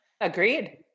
agreed